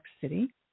City